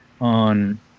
on